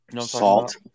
Salt